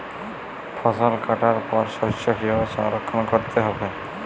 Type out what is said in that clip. ফসল কাটার পর শস্য কীভাবে সংরক্ষণ করতে হবে?